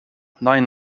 nine